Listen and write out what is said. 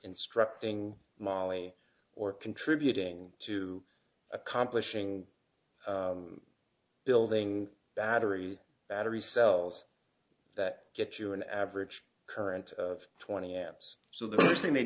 constructing molly or contributing to accomplishing building battery battery cells that get you an average current of twenty amps so the first thing they